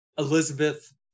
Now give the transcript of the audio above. Elizabeth